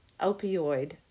opioid